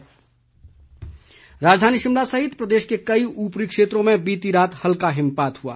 मौसम राजधानी शिमला सहित प्रदेश के कई ऊपरी क्षेत्रों में बीती रात हल्का हिमपात हुआ